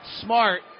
smart